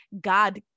God